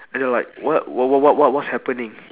and they were like what what what what what's happening